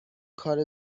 کار